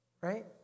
Right